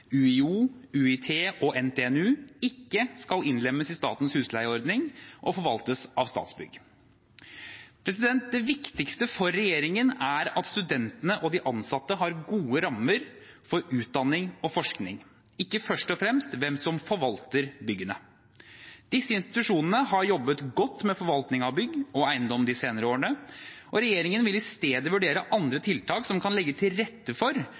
UiO, UiT og NTNU ikke skal innlemmes i statens husleieordning og forvaltes av Statsbygg. Det viktigste for regjeringen er at studentene og de ansatte har gode rammer for utdanning og forskning, ikke først og fremst hvem som forvalter byggene. Disse institusjonene har jobbet godt med forvaltning av bygg og eiendom de senere årene, og regjeringen vil i stedet vurdere andre tiltak som kan legge til rette for